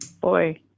Boy